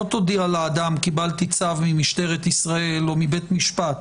לא תודיע לאדם "קיבלתי צו ממשטרת ישראל או מבית משפט".